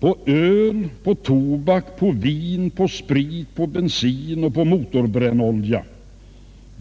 på öl, tobak, vin, sprit, bensin och motorbrännolja.